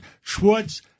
Schwartz